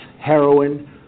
heroin